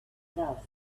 love